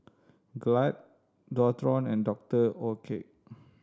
Glad Dualtron and Doctor Oetker